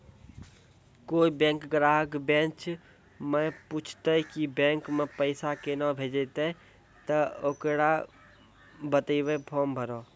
कोय बैंक ग्राहक बेंच माई पुछते की बैंक मे पेसा केना भेजेते ते ओकरा बताइबै फॉर्म भरो